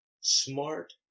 smart